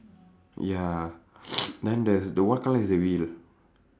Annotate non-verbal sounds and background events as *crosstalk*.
ya *breath* then there's the what colour is the wheel